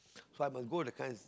so I must go that kind